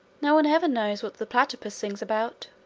no one ever knows what the platypus sings about.